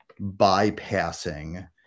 bypassing